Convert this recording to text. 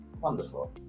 wonderful